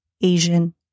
Asian